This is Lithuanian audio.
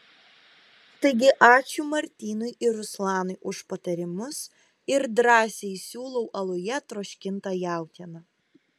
taigi ačiū martynui ir ruslanui už patarimus ir drąsiai siūlau aluje troškintą jautieną